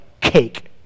cake